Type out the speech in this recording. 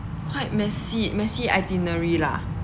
quite messy messy itinerary lah